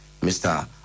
Mr